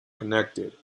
connected